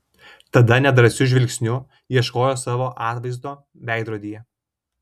tada nedrąsiu žvilgsniu ieškojo savo atvaizdo veidrodyje